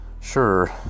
Sure